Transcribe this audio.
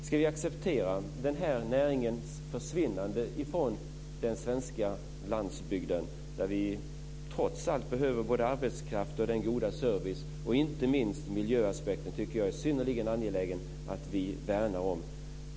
Ska vi acceptera den här näringens försvinnande från den svenska landsbygden, där vi trots allt behöver både arbetskraft och god service? Inte minst miljöaspekten är det synnerligen angeläget att vi värnar om.